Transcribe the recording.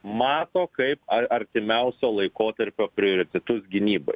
mato kaip ar artimiausio laikotarpio prioritetus gynybai